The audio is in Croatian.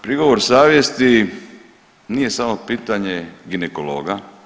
Prigovor savjesti nije samo pitanje ginekologa.